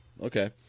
okay